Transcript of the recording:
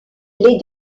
les